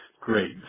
Great